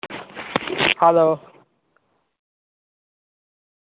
hello